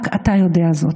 רק אתה יודע זאת.